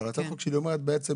אבל הצעת החוק שלי אומרת בעצם,